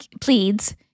pleads